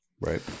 right